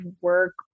work